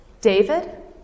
David